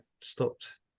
stopped